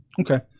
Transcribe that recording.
Okay